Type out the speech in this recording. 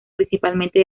principalmente